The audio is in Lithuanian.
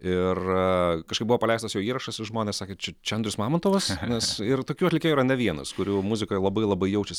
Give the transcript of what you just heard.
ir kažkaip buvo paleistas jo įrašas ir žmonės sakė čia čia andrius mamontovas nes ir tokių atlikėjų yra ne vienas kurių muzikoj labai labai jaučias